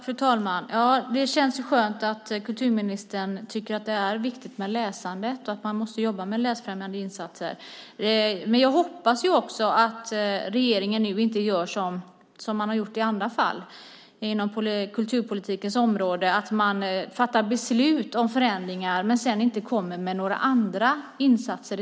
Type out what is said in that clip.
Fru talman! Det känns skönt att kulturministern tycker att det är viktigt med läsande och att man måste jobba med läsfrämjande insatser. Jag hoppas att regeringen inte gör som man har gjort i andra fall inom kulturpolitikens område och fattar beslut om förändringar och sedan inte kommer med andra insatser.